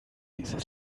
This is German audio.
dieses